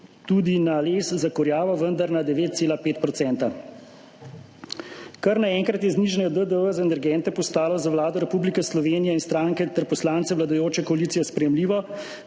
tudi na les za kurjavo, vendar na 9,5 %. Kar naenkrat je znižanje DDV za energente postalo za Vlado Republike Slovenije in stranke ter poslance vladajoče koalicije sprejemljivo,